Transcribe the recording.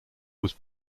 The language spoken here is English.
was